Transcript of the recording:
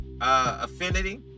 affinity